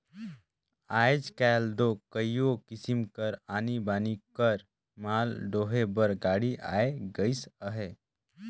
आएज काएल दो कइयो किसिम कर आनी बानी कर माल डोहे बर गाड़ी आए गइस अहे